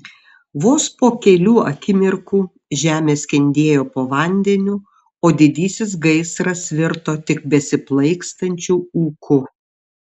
vos po kelių akimirkų žemė skendėjo po vandeniu o didysis gaisras virto tik besiplaikstančiu ūku